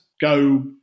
Go